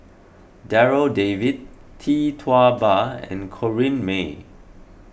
Darryl David Tee Tua Ba and Corrinne May